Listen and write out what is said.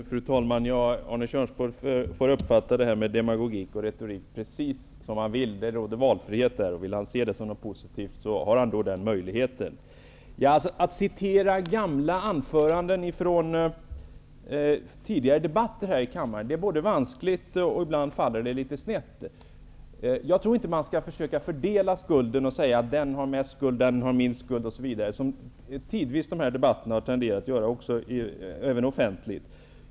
Fru talman! Arne Kjörnsberg får uppfatta det jag sade om demagogi och retorik precis som han vill -- det råder valfrihet därvidlag. Om han vill se det som något positivt har han den möjligheten. Det är vanskligt att citera anföranden från tidigare debatter här i kammaren, och ibland faller det snett. Jag tror inte att man skall försöka fördela skulden och säga att ''den har mest skuld'' och ''den har minst skuld'' osv., som man tidvis har tenderat att göra i debatterna, även offentligt.